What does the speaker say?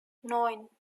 neun